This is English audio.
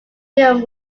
film